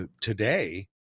today